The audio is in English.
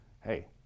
hey